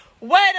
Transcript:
Wait